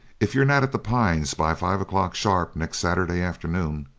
if you're not at the pines by five o'clock sharp next saturday afternoon,